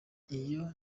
iyo